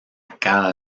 cada